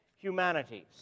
humanities